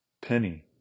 penny